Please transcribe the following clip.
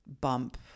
bump